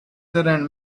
and